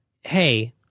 Hey